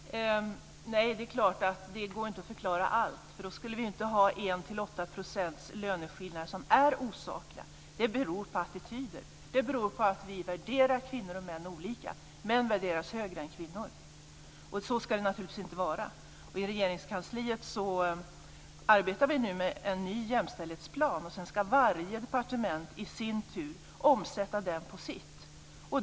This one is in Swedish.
Herr talman! Nej, det är klart att det inte går att förklara allt. Då skulle vi ju inte ha 1-8 procents löneskillnader som är osakliga. Det beror på attityder. Det beror på att vi värderar kvinnor och män olika. Män värderas högre än kvinnor, och så ska det naturligtvis inte vara. I Regeringskansliet arbetar vi nu med en ny jämställdhetsplan, och sedan ska varje departement i sin tur omsätta den hos sig.